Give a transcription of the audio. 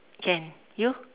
can you